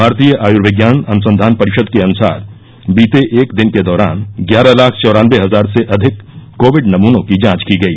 भारतीय आयुर्विज्ञान अनुसंघान परिषद के अनुसार बीते एक दिन के दौरान ग्यारह लाख चौरानबे हजार से अधिक कोविड नमनों की जांच की गई